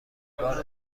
بار